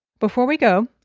before we go.